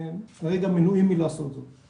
כרגע אנחנו מנועים מלעשות את זה.